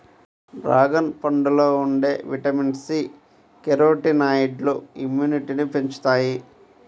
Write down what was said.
dragon పండులో ఉండే vitamin C, కెరోటినాయిడ్లు ఇమ్యునిటీని పెంచుతాయి